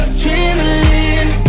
Adrenaline